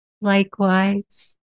Likewise